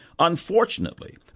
Unfortunately